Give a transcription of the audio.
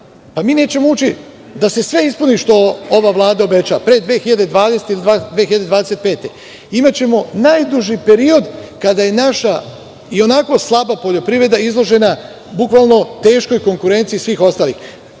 Mi nećemo ući, da se sve ispuni ovo što ova Vlada obećava, pre 2020. ili 2025. godine. Imaćemo najduži period kada je naša, i onako slaba izložena bukvalno teškoj konkurenciji svih ostalih.